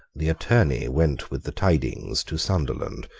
the attorney went with the tidings to sunderland,